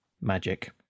magic